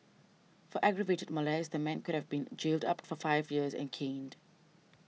for aggravated molest the man could have been jailed up for five years and caned